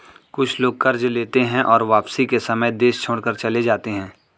कुछ लोग कर्ज लेते हैं और वापसी के समय देश छोड़कर चले जाते हैं